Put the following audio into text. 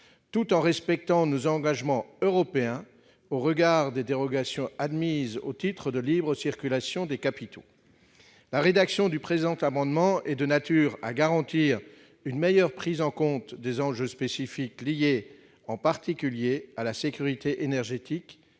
tout en respectant nos engagements européens au regard des dérogations admises au principe de libre circulation des capitaux. La rédaction du présent amendement est de nature à garantir une meilleure prise en compte des enjeux spécifiques liés en particulier à la sécurité énergétique